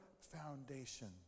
foundation